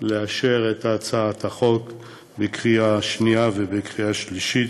לאשר אותה בקריאה שנייה ובקריאה שלישית